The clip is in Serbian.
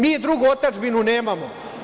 Mi drugu otadžbinu nemamo.